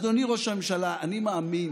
אדוני ראש הממשלה, אני מאמין